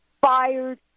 Fired